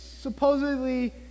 supposedly